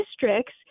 districts